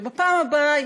ובפעם הבאה,